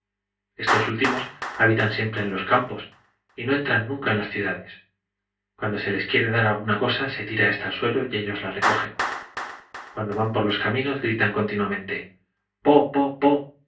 estos últimos habitan siempre en los campos y no entran nunca en las ciudades cuando se les quiere dar alguna cosa se tira ésta al suelo y ellos la recogen cuando van por los caminos gritan continuamente